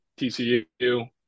TCU